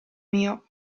mio